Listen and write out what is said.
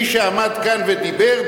מי שעמד כאן ודיבר,